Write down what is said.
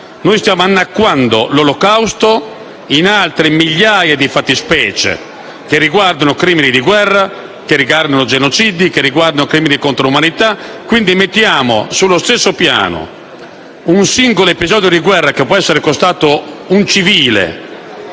Noi stiamo annacquando l'Olocausto in altre migliaia di fattispecie che riguardano crimini di guerra, genocidi e crimini contro l'umanità, quindi mettiamo sullo stesso piano un singolo episodio di guerra, che può essere costato la vita